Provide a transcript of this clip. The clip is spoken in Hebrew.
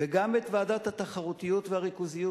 וגם את ועדת התחרותיות והריכוזיות.